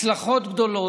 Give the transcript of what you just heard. הצלחות גדולות,